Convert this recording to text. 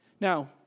Now